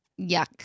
yuck